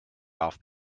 darf